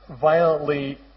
violently